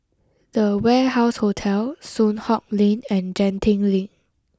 the Warehouse Hotel Soon Hock Lane and Genting Link